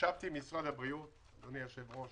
ישבתי עם משרד הבריאות אדוני היושב-ראש,